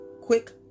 quick